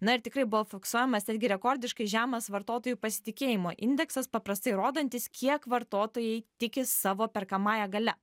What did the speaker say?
na ir tikrai buvo fiksuojamas netgi rekordiškai žemas vartotojų pasitikėjimo indeksas paprastai rodantis kiek vartotojai tiki savo perkamąja galia